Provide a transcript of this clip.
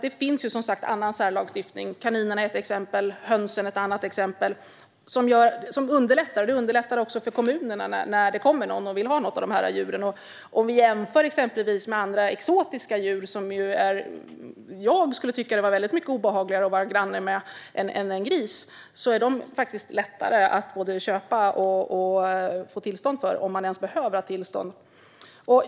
Det finns ju som sagt annan särlagstiftning som underlättar. Kaninerna är ett exempel, hönsen ett annat. Det underlättar också för kommunerna när det kommer någon och vill ha något av de här djuren. Vi kan jämföra exempelvis med exotiska djur som jag skulle tycka att det var väldigt mycket obehagligare att vara granne med än en gris. Dem är det faktiskt lättare att både köpa och få tillstånd för - om man ens behöver ha tillstånd.